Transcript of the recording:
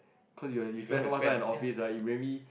cause you you spend so much time in the office har you very